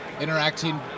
interacting